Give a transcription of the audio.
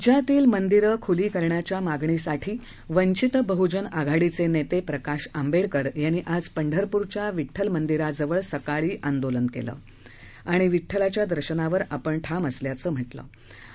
राज्यातील मंदिरं ख्ली करण्याच्या मागणीसाठी वंचित बहजन आघाडीचे नेते प्रकाश आंबेडकर यांनी आज पंढरप्रच्या विठ्ठलाजवळ सकाळी आंदोलन केलं आणि विठ्ठलाच्या दर्शनावर आपण ठाम असल्याचं म्हटलं होतं